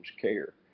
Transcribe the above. care